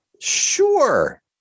Sure